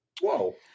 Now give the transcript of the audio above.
Whoa